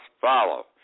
follow